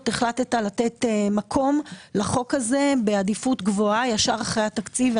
החלטת לתת מקום לחוק הזה בעדיפות גבוהה ישר אחרי התקציב.